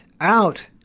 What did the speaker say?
out